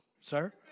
sir